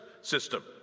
system